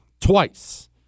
Twice